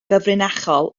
gyfrinachol